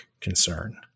concern